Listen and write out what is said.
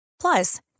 Plus